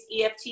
EFT